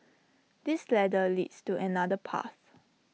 this ladder leads to another path